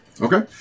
Okay